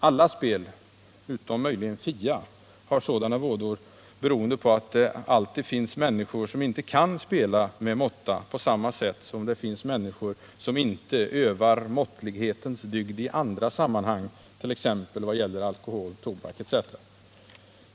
Alla spel — utom möjligen Fia — har sådana vådor beroende på att det alltid finns människor som inte kan spela med måtta, på samma sätt som det finns människor som inte övar måttlighetens dygd i andra sammanhang, t.ex. vad gäller alkohol och tobak.